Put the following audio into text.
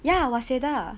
ya waseda